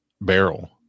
barrel